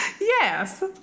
Yes